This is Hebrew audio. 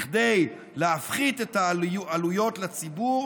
כדי להפחית את העלויות לציבור,